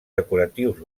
decoratius